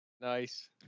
Nice